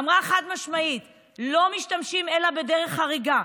היא אמרה חד-משמעית שלא משתמשים אלא בדרך חריגה.